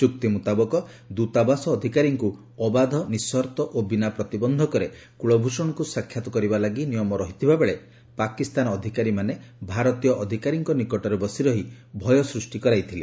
ଚୁକ୍ତି ମୁତାବକ ଦୂତାବାସ ଅଧିକାରୀଙ୍କୁ ଅବାଧ ନିଃସର୍ତ୍ତ ଏବଂ ବିନା ପ୍ରତିବନ୍ଧକରେ କୁଳଭୂଷଣଙ୍କୁ ସାକ୍ଷାତ କରିବା ଲାଗି ନିୟମ ରହିଥିବା ବେଳେ ପାକିସ୍ତାନ ଅଧିକାରୀମାନେ ଭାରତୀୟ ଅଧିକାରୀଙ୍କ ନିକଟରେ ବସିରହି ଭୟ ସୂଷ୍ଟି କରାଇଛନ୍ତି